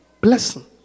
blessing